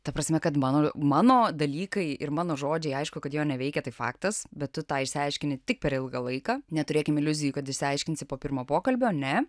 ta prasme kad mano mano dalykai ir mano žodžiai aišku kad jo neveikia tai faktas bet tą išsiaiškini tik per ilgą laiką neturėkim iliuzijų kad išsiaiškinsi po pirmo pokalbio ne